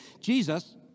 Jesus